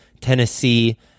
Tennessee